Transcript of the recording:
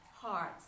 hearts